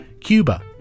Cuba